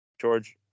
George